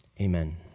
Amen